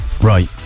Right